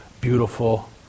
beautiful